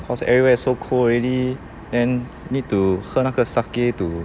because everywhere is so cold already and then need to 喝那个 sake to